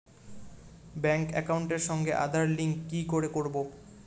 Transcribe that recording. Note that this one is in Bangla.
ব্যাংক একাউন্টের সঙ্গে আধার লিংক কি করে করবো?